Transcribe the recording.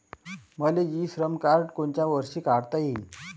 मले इ श्रम कार्ड कोनच्या वर्षी काढता येईन?